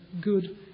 good